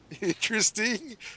Interesting